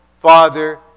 Father